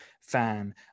fan